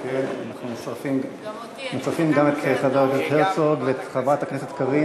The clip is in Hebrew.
כן, אנחנו מצרפים גם את חבר הכנסת הרצוג, גם אותי.